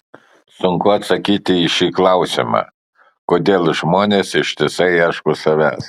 sunku atsakyti į šį klausimą kodėl žmonės ištisai ieško savęs